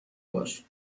باش